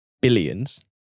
billions